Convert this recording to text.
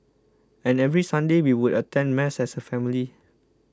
and every Sunday we would attend Mass as a family